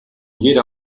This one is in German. jeder